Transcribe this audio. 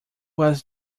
was